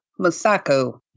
Masako